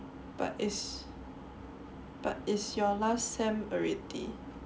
but is but is your last sem already